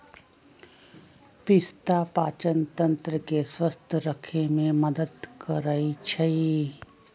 पिस्ता पाचनतंत्र के स्वस्थ रखे में मदद करई छई